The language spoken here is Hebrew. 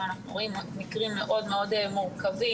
אנחנו רואים מקרים מאוד מאוד מקרים,